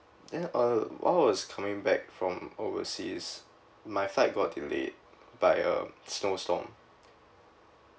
then uh I was coming back from overseas my flight got delayed by um snowstorm